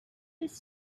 his